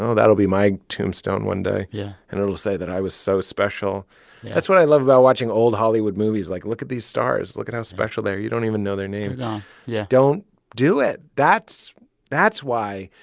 that'll be my tombstone one day yeah and it'll say that i was so special yeah that's what i love about watching old hollywood movies. like, look at these stars. look at how special they are. you don't even know their name yeah don't do it. that's that's why,